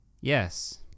Yes